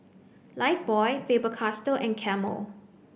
Lifebuoy Faber Castell and Camel